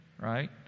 right